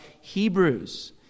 Hebrews